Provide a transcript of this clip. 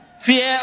fear